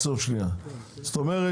זאת אומרת